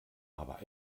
aber